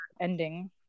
ending